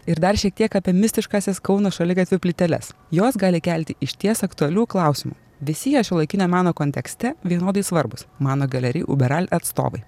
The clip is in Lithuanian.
ir dar šiek tiek apie mistiškąsias kauno šaligatvių plyteles jos gali kelti išties aktualių klausimų visi jie šiuolaikinio meno kontekste vienodai svarbūs mano galery uberal atstovai